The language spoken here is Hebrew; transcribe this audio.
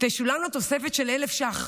תשולם לה תוספת של 1,000 שקלים,